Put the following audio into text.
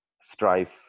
strife